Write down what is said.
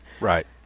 Right